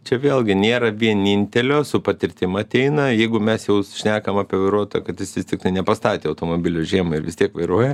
čia vėlgi nėra vienintelio su patirtim ateina jeigu mes jau šnekam apie vairuotoją kad jis vis tiktai nepastatė automobilio žiemai ir vis tiek vairuoja